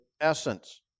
essence